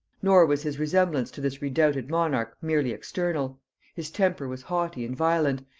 nor was his resemblance to this redoubted monarch merely external his temper was haughty and violent,